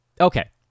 Okay